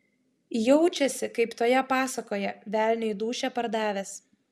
jaučiasi kaip toje pasakoje velniui dūšią pardavęs